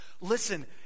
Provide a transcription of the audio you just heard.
listen